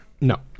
No